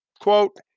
Quote